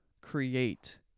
create